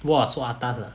!wah! so atas ah